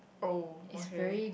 oh okay